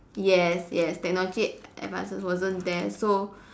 yes yes technology advances wasn't there so